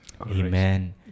Amen